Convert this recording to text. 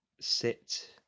sit